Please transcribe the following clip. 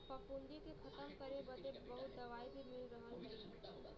फफूंदी के खतम करे बदे बहुत दवाई भी मिल रहल हई